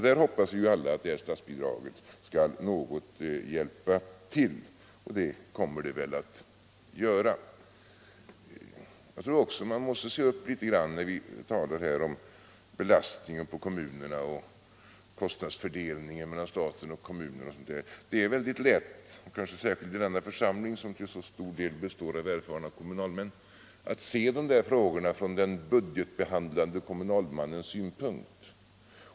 Vi hoppas alla att statsbidraget skall hjälpa till något, vilket det väl också kommer att göra. Vi måste se upp litet grand, när vi talar om belastningen på kommunerna och kostnadsfördelningen mellan stat och kommun. Det är väldigt lätt — kanske särskilt i denna församling, som till så stor del består av erfarna kommunalmän — att se dessa frågor från den budgetbehandlande kommunalmannens synpunkt.